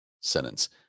sentence